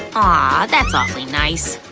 ah that's awfully nice.